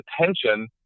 attention